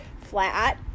flat